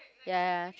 ya ya